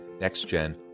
Next-Gen